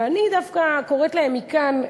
ואני דווקא קוראת להם מכאן,